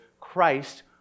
Christ